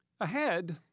Ahead